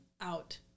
out